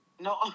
no